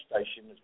Station